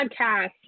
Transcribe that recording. podcast